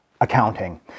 accounting